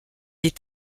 est